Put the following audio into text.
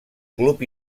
club